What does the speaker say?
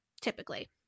typically